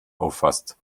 auffasst